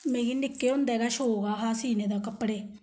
मिगी निक्के हुंदे गै शोक हा सीने दा कपड़े